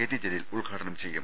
T Jaleel ഉദ്ഘാടനം ചെയ്യും